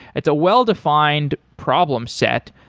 it's a well-defined problem set,